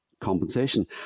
compensation